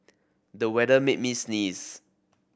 the weather made me sneeze